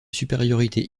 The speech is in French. supériorité